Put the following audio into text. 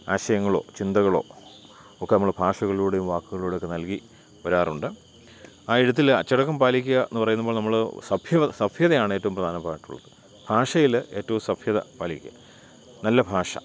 ആശയങ്ങളോ ചിന്തകളോ ഒക്കെ നമ്മൾ ഭാഷകളിലൂടെയും വാക്കുകളിലൂടെയും ഒക്കെ നൽകി വരാറുണ്ട് ആ എഴുത്തിൽ അച്ചടക്കം പാലിക്കുക എന്ന് പറയുമ്പോൾ നമ്മൾ സഭ്യത സഭ്യതയാണ് ഏറ്റവും പ്രധാനമായിട്ടുള്ളത് ഭാഷയിൽ ഏറ്റവും സഭ്യത പാലിക്കുക നല്ല ഭാഷ